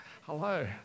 Hello